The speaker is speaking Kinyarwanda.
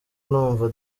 numva